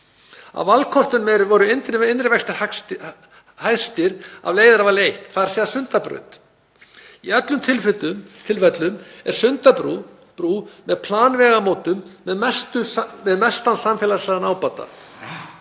Af valkostunum voru innri vextir hæstir í leiðarvali I., þ.e. Sundabrú. Í öllum tilfellum er Sundabrú með planvegamótum með mestan samfélagslegan ábata.